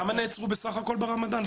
כמה נעצרו בסך הכל ברמדאן?